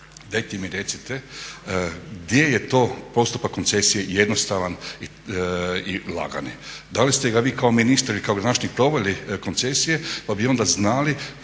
Dajte mi recite gdje je to postupak koncesije jednostavan i lagani? Da li ste ga vi kako ministar i kao gradonačelnik proveli koncesije pa bi onda znali